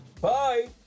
Bye